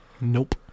nope